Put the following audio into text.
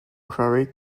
quarry